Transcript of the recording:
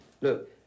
Look